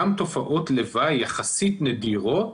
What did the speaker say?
גם תופעות לוואי יחסית נדירות